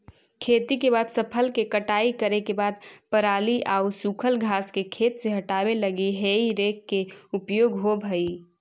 खेती के बाद फसल के कटाई करे के बाद पराली आउ सूखल घास के खेत से हटावे लगी हेइ रेक के उपयोग होवऽ हई